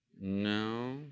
No